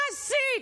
מה עשית?